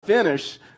finish